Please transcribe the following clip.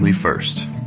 first